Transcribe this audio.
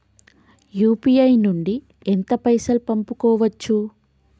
UPI నుండి ఎంత పైసల్ పంపుకోవచ్చు?